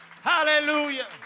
Hallelujah